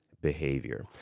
behavior